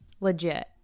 Legit